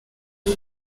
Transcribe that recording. cyo